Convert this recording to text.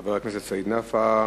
חבר הכנסת סעיד נפאע.